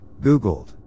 googled